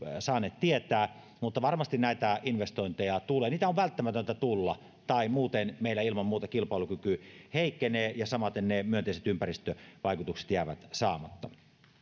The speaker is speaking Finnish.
saaneet tietää mutta varmasti näitä investointeja tulee niitä on välttämätöntä tulla tai muuten meillä ilman muuta kilpailukyky heikkenee ja samaten ne myönteiset ympäristövaikutukset jäävät saamatta